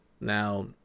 Now